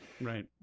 Right